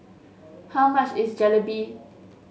how much is Jalebi